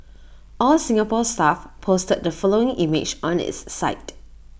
all Singapore Stuff posted the following image on its site